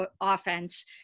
offense